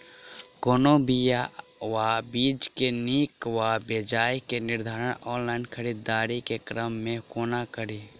कोनों बीया वा बीज केँ नीक वा बेजाय केँ निर्धारण ऑनलाइन खरीददारी केँ क्रम मे कोना कड़ी?